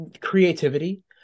creativity